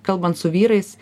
kalbant su vyrais